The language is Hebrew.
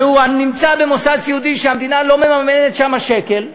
והוא נמצא במוסד סיעודי שהמדינה לא מממנת שם שקל.